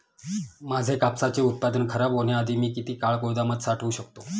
माझे कापसाचे उत्पादन खराब होण्याआधी मी किती काळ गोदामात साठवू शकतो?